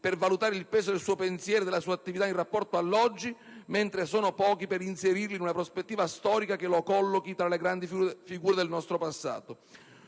per valutare il peso del suo pensiero e della sua attività in rapporto all'oggi, mentre sono pochi per inserirli in una prospettiva storica che lo collochi tra le grandi figure del nostro passato.